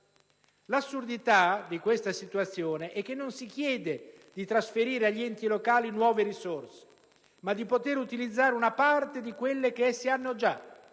L'assurdità di questa situazione è che non si chiede di trasferire agli enti locali nuove risorse, ma di poter utilizzare una parte di quelle che essi hanno già.